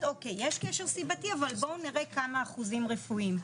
אוקי יש קשר סיבתי אבל בואו נראה כמה אחוזים רפואיים,